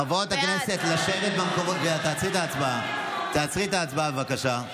בעד תעצרי את ההצבעה, בבקשה.